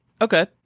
Okay